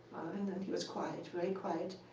and then he was quiet, very quiet.